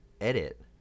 edit